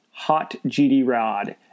hotgdrod